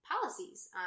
policies